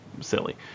silly